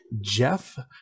Jeff